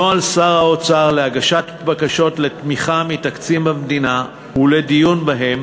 נוהל שר האוצר להגשת בקשות לתמיכה מתקציב המדינה ולדיון בהן